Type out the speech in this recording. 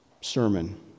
sermon